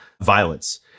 violence